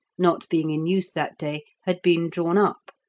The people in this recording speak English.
not being in use that day, had been drawn up,